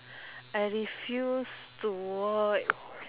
I refuse to watch